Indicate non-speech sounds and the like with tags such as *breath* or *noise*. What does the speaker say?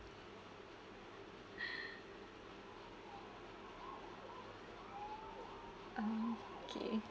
*breath* orh okay